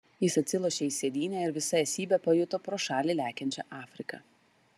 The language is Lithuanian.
jis atsilošė į sėdynę ir visa esybe pajuto pro šalį lekiančią afriką